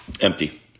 empty